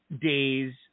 days